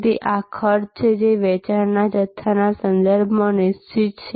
તેથી આ ખર્ચ છે જે વેચાણના જથ્થાના સંદર્ભમાં નિશ્ચિત છે